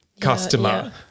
customer